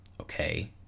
okay